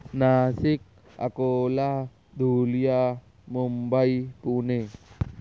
Nashik Akola Dhulia Mumbai Pune